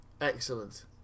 Excellent